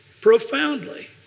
profoundly